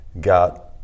got